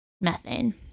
methane